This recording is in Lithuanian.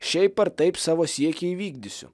šiaip ar taip savo siekį įvykdysiu